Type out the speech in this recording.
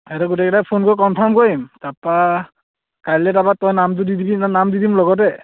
সিহঁত গোটেইকেইটাক ফোন কৰি কনফাৰ্ম কৰিম তাৰপৰা কাইলৈ তাৰপৰা তই নামটো দি দিবি নাম দি দিম লগতে